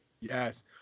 Yes